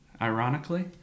ironically